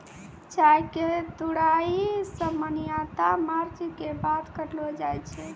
चाय के तुड़ाई सामान्यतया मार्च के बाद करलो जाय छै